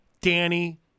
Danny